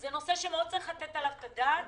זה נושא שצריך לתת עליו את הדעת.